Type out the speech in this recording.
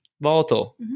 volatile